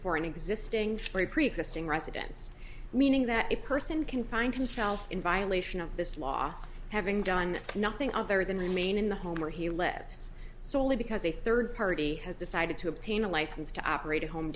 for an existing for a preexisting residence meaning that a person can find himself in violation of this law having done nothing other than remain in the home where he lives solely because a third party has decided to obtain a license to operate a home